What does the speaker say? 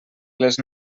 les